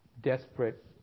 desperate